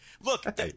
look